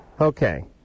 Okay